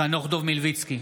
נגד חנוך דב מלביצקי,